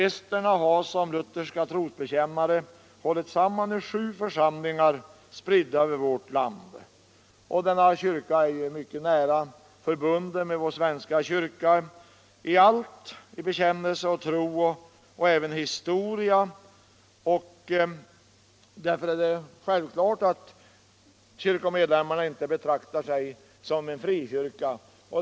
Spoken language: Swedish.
Esterna har som lutherska trosbekännare hållit samman i sju församlingar spridda över vårt land. Denna kyrka är mycket nära förbunden med vår svenska kyrka både i fråga om bekännelse och tro och i fråga om historia. Det är därför självklart att medlemmarna av denna kyrka inte betraktar den som en frikyrka.